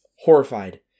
horrified